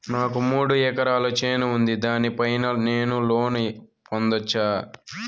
నాకు మూడు ఎకరాలు చేను ఉంది, దాని పైన నేను లోను పొందొచ్చా?